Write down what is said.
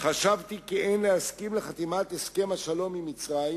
חשבתי כי אין להסכים לחתימת הסכם השלום עם מצרים,